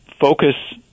focus